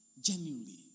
Genuinely